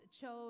chose